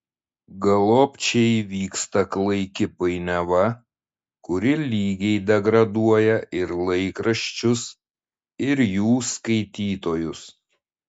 galop čia įvyksta klaiki painiava kuri lygiai degraduoja ir laikraščius ir jų skaitytojus